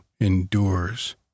endures